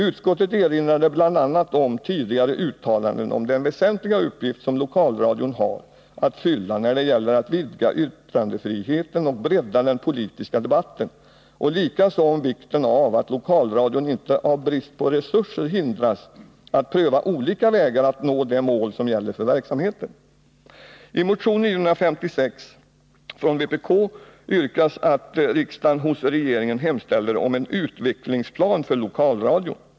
Utskottet erinrade bl.a. om tidigare uttalanden om den väsentliga uppgift som lokalradion har att fylla när det gäller att vidga yttrandefriheten och bredda den politiska debatten och likaså om vikten av att lokalradion inte av brist på resurser hindras att pröva olika vägar att nå det mål som gäller för verksamheten. I motion 956 från vpk yrkas att riksdagen hos regeringen hemställer om en utvecklingsplan för lokalradion.